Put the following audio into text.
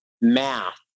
math